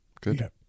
Good